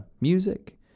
music